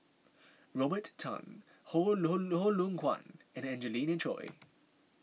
Robert Tan Hoong Loh Loh Kwan and Angelina Choy